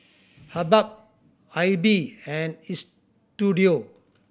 Habhal Aibi and Istudio